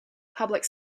public